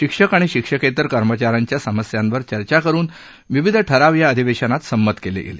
शिक्षक आणि शिक्षकेतर कर्मचाऱ्यांच्या समस्यांवर चर्चा करुन विविध ठराव या अधिवेशनात संमत केले गेले